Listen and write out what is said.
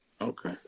Okay